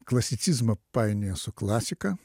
klasicizmą painioja su klasika